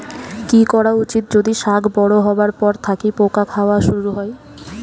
কি করা উচিৎ যদি শাক বড়ো হবার পর থাকি পোকা খাওয়া শুরু হয়?